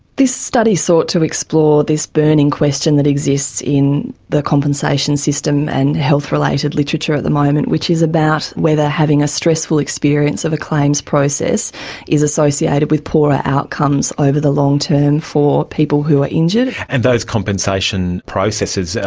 this study sought to explore this burning question that exists in the compensation system and health-related literature at the moment, which is about whether having a stressful experience of a claims process is associated with poorer outcomes over the long term for people who are injured. and those compensation processes,